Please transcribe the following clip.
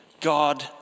God